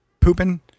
pooping